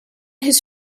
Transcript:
his